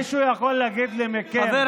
מישהו יכול להגיד לי מכם,